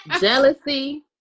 Jealousy